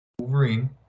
Wolverine